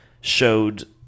showed